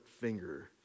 finger